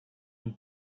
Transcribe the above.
une